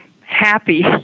happy